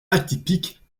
atypique